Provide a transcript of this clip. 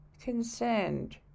concerned